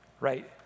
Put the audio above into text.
right